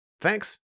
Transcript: Thanks